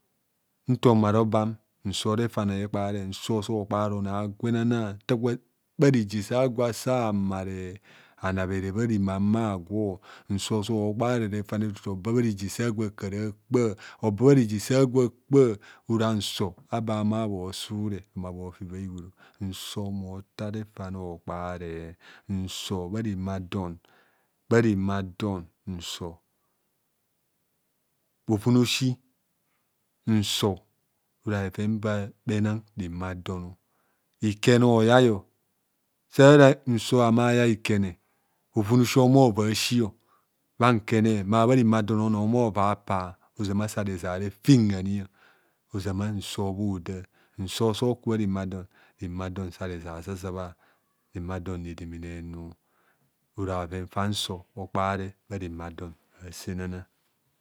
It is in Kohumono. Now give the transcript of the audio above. Nta omareobam nsor refane thaana nta asa amare tutu oba nta akura akpa. tutu oba nta agwo akpa ora nso abe sa humo bhozure ma bho fibha bhiruro. Nsor mma otha refane hokpare nsor bharemadon, bharemadon nsor, bhoven aosi. nsor ora bheben ba bhenang remadono ikene hoyai o, sara nsor ahumo mo nyai ikene bhoven aosi homa ovoi asi bha nkene mma bharemadon onoo homa oooi apa ozama sa reza re fiiiing anio ozama nsor bhohoda nsor sa oku bha remado, remadon sa rezazabha, remadon redemene henu. Ora bhoven faa nsor okpaare.